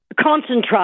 concentrate